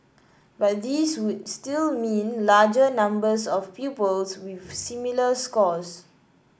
but these would still mean larger numbers of pupils with similar scores